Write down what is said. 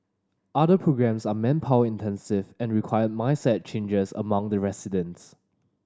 other programmes are manpower intensive and require mindset changes among the residents